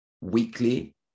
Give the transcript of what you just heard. weekly